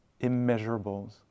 immeasurables